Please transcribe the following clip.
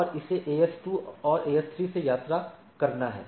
और इसे एएस 2 और एएस 3 से यात्रा करना है